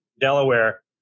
Delaware